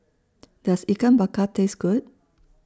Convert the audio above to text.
Does Ikan Bakar Taste Good